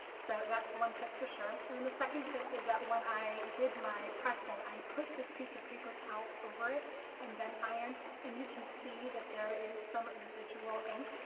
so that's one tip for sure. and the second tip is that when i did my pressing, i put this piece of paper towel over it and then ironed. and you can see that there is some residual ink.